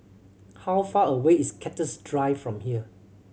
how far away is Cactus Drive from here